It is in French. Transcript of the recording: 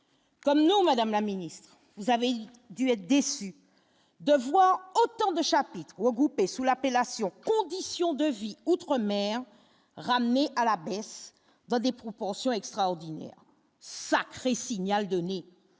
comme non Madame la Ministre, vous avez dû être déçu de voir autant de chapitres regroupés sous l'appellation, conditions de vie outre-mer, ramené à la baisse dans des proportions extraordinaires sacré signal donné